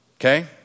okay